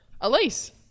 Elise